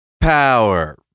power